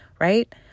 right